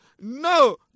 No